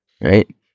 right